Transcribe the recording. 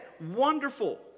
Wonderful